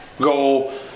go